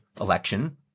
election